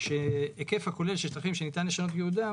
והיקף השטחים שניתן לשנות את ייעודם